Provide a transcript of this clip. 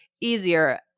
easier